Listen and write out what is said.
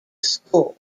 school